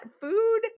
food